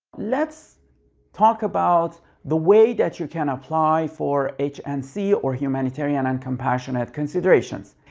let's talk about the way that you can apply for h and c or humanitarian and compassionate considerations.